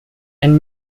and